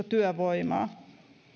työvoimaa